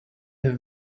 have